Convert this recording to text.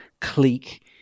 clique